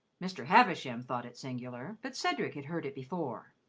mr. havisham thought it singular, but cedric had heard it before.